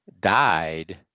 died